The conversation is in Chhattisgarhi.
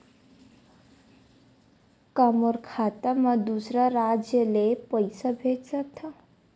का मोर खाता म दूसरा राज्य ले पईसा भेज सकथव?